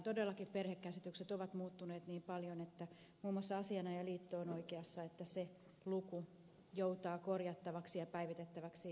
todellakin perhekäsitykset ovat muuttuneet niin paljon että muun muassa asianajajaliitto on oikeassa että se luku joutaa korjattavaksi ja päivitettäväksi